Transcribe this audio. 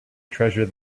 treasure